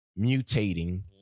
mutating